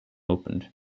opened